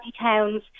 towns